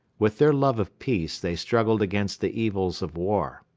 with their love of peace they struggled against the evils of war.